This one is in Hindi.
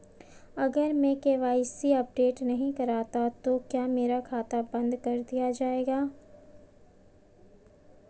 अगर मैं के.वाई.सी अपडेट नहीं करता तो क्या मेरा खाता बंद कर दिया जाएगा?